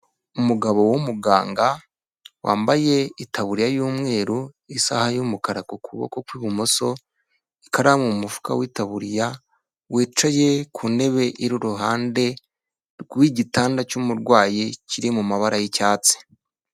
Umugabo w'umuganga, wambaye itaburiya y'umweru, isaha y'umukara ku kuboko kw'ibumoso, ikaramu mu mufuka w'itaburiya, wicaye ku ntebe iri iruhande rw'igitanda cy'umurwayi, kiri mu mabara y'icyatsi.